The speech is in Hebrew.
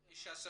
היהודית.